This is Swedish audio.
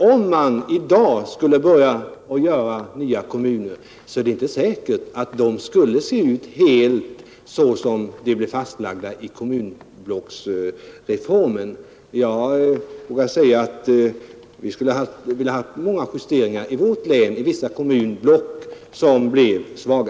Om man i dag skulle göra den nya kommunindelningen tror jag inte det är säkert att kommunblocken skulle se ut så som de blev fastlagda vid kommunindelningsreformen. I mitt län vet jag att vi skulle ha velat göra många justeringar eftersom vissa kommunblock blev svaga.